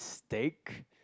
steak